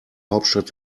hauptstadt